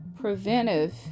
preventive